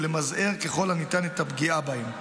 ולמזער ככל הניתן את הפגיעה בהם.